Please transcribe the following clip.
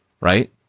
Right